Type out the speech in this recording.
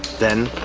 then,